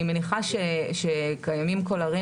אני מניחה שקיימים קולרים